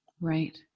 Right